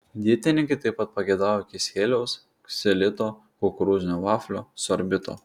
dietininkai taip pat pageidauja kisieliaus ksilito kukurūzinių vaflių sorbito